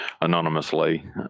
anonymously